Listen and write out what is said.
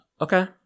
Okay